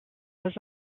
was